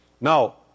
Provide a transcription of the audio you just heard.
Now